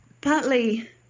partly